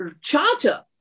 charter